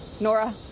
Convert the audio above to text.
Nora